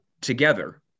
together